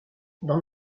dans